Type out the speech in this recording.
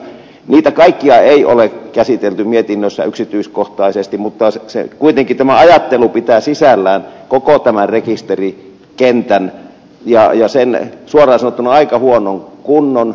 niitä kaikkia asioita ei ole käsitelty mietinnössä yksityiskohtaisesti mutta kuitenkin tämä ajattelu pitää sisällään koko tämän rekisterikentän ja sen suoraan sanottuna aika huonon kunnon